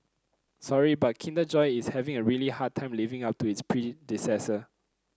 sorry but Kinder Joy is having a really hard time living up to its predecessor